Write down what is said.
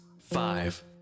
five